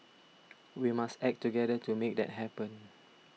we must act together to make that happen